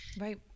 right